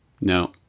No